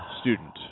student